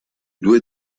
due